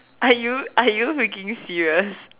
are you are you freaking serious